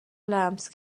لمس